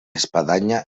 espadanya